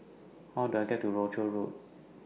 How Do I get to Rochor Road